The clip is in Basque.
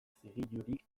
zigilurik